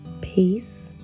Peace